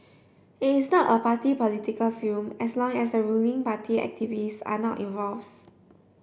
it is not a party political film as long as the ruling party activists are not involves